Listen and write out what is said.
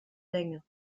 länge